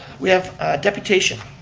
we have deputation.